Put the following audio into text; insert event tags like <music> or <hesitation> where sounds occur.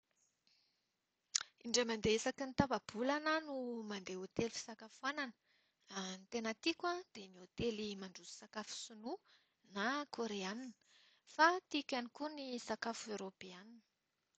Indray mandeha isaky ny tapa-bolana aho no mandeha hôtely fisakafoanana. <hesitation> Ny tena tiako dia ny hôtely mandroso sakafo sinoa na koreana. Fa tiako ihany koa ny sakafo eoropeana.